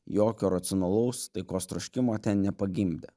jokio racionalaus taikos troškimo ten nepagimdė